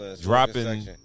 dropping